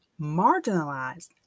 marginalized